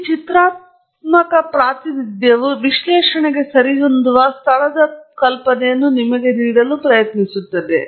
ಈ ಚಿತ್ರಾತ್ಮಕ ಪ್ರಾತಿನಿಧ್ಯವು ವಿಶ್ಲೇಷಣೆಗೆ ಸರಿಹೊಂದುವ ಸ್ಥಳದ ಕಲ್ಪನೆಯನ್ನು ನಿಮಗೆ ನೀಡಲು ಪ್ರಯತ್ನಿಸುತ್ತದೆ